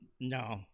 No